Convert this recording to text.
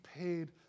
paid